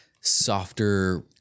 softer